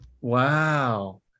Wow